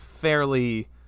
fairly